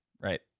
Right